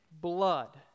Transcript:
blood